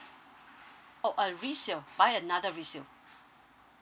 oh a resale buy another resale